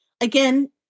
again